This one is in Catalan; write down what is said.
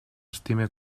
estime